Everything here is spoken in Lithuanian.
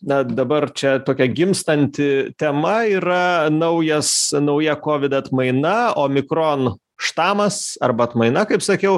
na dabar čia tokia gimstanti tema yra naujas nauja kovid atmaina omikron štamas arba atmaina kaip sakiau